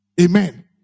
Amen